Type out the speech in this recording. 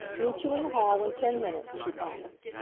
meet you in the hall in ten minutes, she promised.